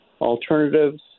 alternatives